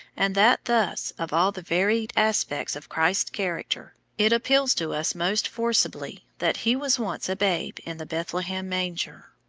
and that thus, of all the varied aspects of christ's character, it appeals to us most forcibly that he was once a babe in the bethlehem manger.